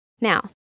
Now